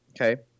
Okay